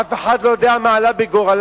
אף אחד לא יודע מה עלה בגורלם,